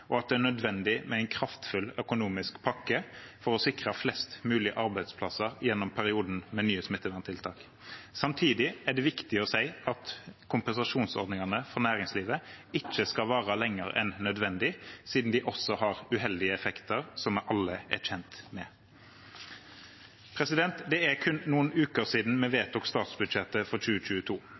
og at det er nødvendig med en kraftfull økonomisk pakke for å sikre flest mulig arbeidsplasser gjennom perioden med nye smitteverntiltak. Samtidig er det viktig å si at kompensasjonsordningene for næringslivet ikke skal vare lenger enn nødvendig siden de også har uheldige effekter, som vi alle er kjent med. Det er kun noen uker siden vi vedtok statsbudsjettet for 2022.